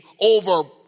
over